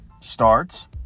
starts